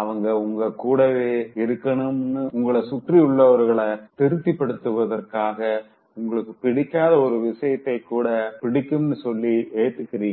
அவங்க உங்க கூடவே இருக்கணும்னு உங்கள சுற்றியுள்ளவர்கள திருப்திப்படுத்துவதற்காகதா உங்களுக்குப் பிடிக்காத ஒரு விஷயத்த கூட புடிக்கும்னு சொல்லி ஏத்துகிறீங்க